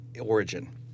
origin